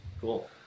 Cool